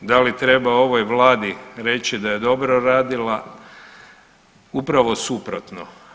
Da li treba ovoj Vladi reći da je dobro radila, upravo suprotno.